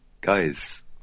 guys